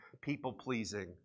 people-pleasing